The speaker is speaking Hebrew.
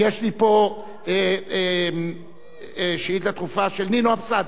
ויש לי פה שאילתא דחופה של נינו אבסדזה,